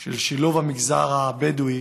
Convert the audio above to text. של שילוב המגזר הבדואי